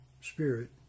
spirit